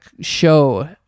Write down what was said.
show